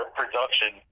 production